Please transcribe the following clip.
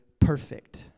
perfect